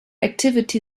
activity